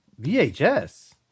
VHS